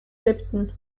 lipton